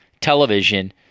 television